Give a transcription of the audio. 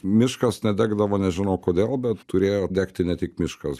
miškas nedegdavo nežinau kodėl bet turėjo degti ne tik miškas